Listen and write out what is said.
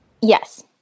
Yes